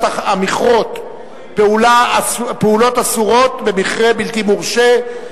המכרות (פעולות אסורות במכרה בלתי מורשה).